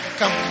come